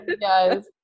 yes